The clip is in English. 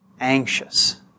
Anxious